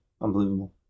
unbelievable